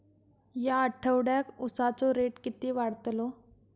या आठवड्याक उसाचो रेट किती वाढतलो?